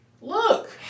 Look